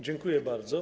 Dziękuję bardzo.